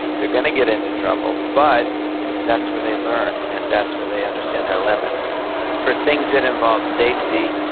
they're gonna get into trouble, but that's where they learn, and that's where they understand their limits for things that involve safety,